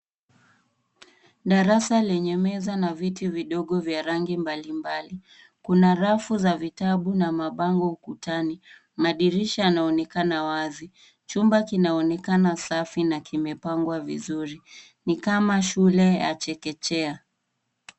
Darasa lenye meza na viti vidogo vya rangi mbalimbali. kuna rafu za vitabu na mabango ukutani. Madirisha yanaonekana wazi. Chumba kinaonekana safi na kimepangwa vizuri. Ni kama shule ya chekechea.